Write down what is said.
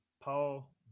Paul